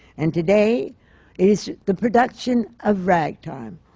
and today is the production of ragtime,